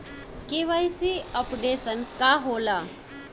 KYC updation का होला?